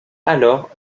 alors